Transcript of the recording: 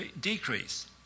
decrease